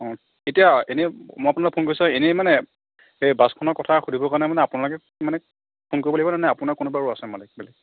অঁ এতিয়া এনেই মই আপোনাক ফোন কৰিছোঁ এনেই মানে এই বাছখনৰ কথা সুধিবৰ কাৰণে মানে আপোনাকে মানে ফোন কৰিব লাগিবনে নে আপোনাৰ কোনোবা আৰু আছে মালিক বেলেগ